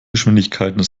geschwindigkeiten